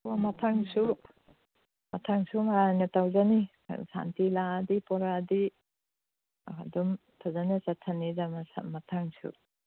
ꯑꯣ ꯃꯊꯪꯁꯨ ꯃꯊꯪꯁꯨ ꯃꯔꯥꯏꯅ ꯇꯧꯖꯅꯤ ꯁꯥꯟꯇꯤ ꯂꯥꯛꯑꯗꯤ ꯄꯣꯔꯛꯑꯗꯤ ꯑꯗꯨꯝ ꯐꯖꯅ ꯆꯠꯊꯅꯤꯗ ꯃꯊꯪꯁꯨ